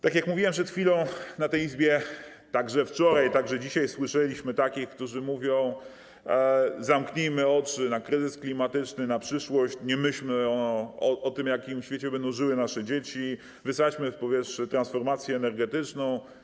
Tak jak mówiłem przed chwilą, w tej Izbie, także wczoraj, także dzisiaj, słyszeliśmy takich, którzy mówią: zamknijmy oczy na kryzys klimatyczny, na przyszłość, nie myślmy o tym, w jakim świecie będą żyły nasze dzieci, wysadźmy w powietrze transformację energetyczną.